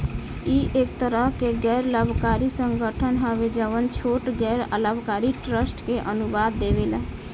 इ एक तरह के गैर लाभकारी संगठन हवे जवन छोट गैर लाभकारी ट्रस्ट के अनुदान देवेला